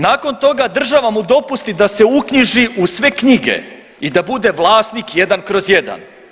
Nakon toga država mu dopusti da se uknjiži u sve knjige i da bude vlasnik 1/1.